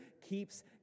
keeps